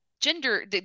gender